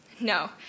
No